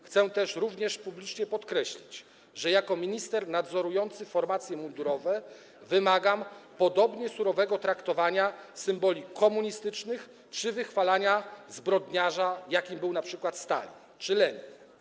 Chcę też również publicznie podkreślić, że jako minister nadzorujący formacje mundurowe wymagam podobnie surowego traktowania symboli komunistycznych czy wychwalania zbrodniarza, jakim był np. Stalin czy Lenin.